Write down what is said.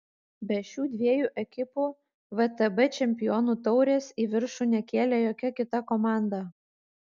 be šių dviejų ekipų vtb čempionų taurės į viršų nekėlė jokia kita komanda